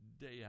day